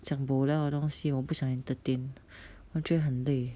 讲 bo liao 的东西我不想 entertain 我觉得很累